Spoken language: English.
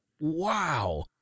Wow